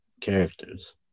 characters